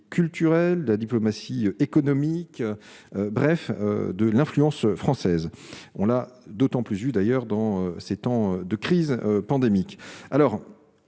culturelle de la diplomatie économique, bref de l'influence française, on a d'autant plus d'ailleurs dans ces temps de crise pandémique